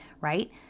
right